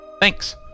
Thanks